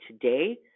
today